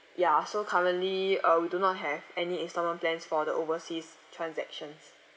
ya so currently uh we do not have any instalment plans for the overseas transactions